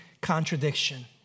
contradiction